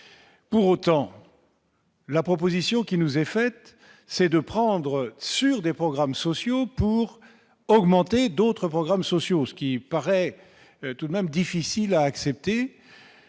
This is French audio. pour autant. La proposition qui nous est faite, c'est de prendre sur des programmes sociaux pour augmenter, d'autres programmes sociaux, ce qui paraît tout de même difficile à accepter,